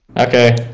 okay